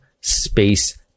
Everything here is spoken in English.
space